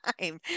time